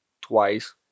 Twice